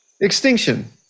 extinction